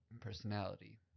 Personality